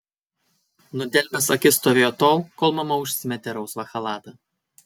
nudelbęs akis stovėjo tol kol mama užsimetė rausvą chalatą